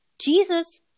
jesus